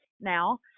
now